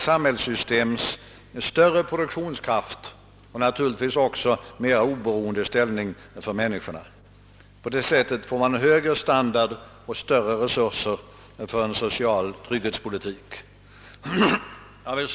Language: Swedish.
Tänk om vi skulle angripa regeringen för någon mening som inflyter i tidningen Aftonbladet — jag ser att herr Erlander ryser vid denna förfärliga tanke!